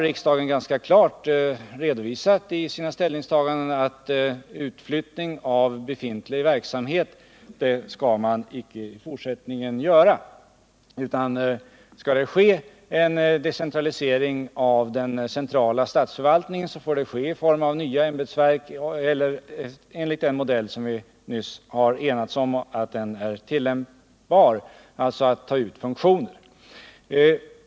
Riksdagen har ganska klart redovisat i sina ställningstaganden att befintlig verksamhet skall man i fortsättningen inte flytta ut, utan skall det ske en decentralisering av den centrala statsförvaltningen får det bli i form av nya ämbetsverk enligt den modell som vi nyss har enats om är tillämpbar, dvs. att ta ut funktioner.